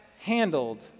handled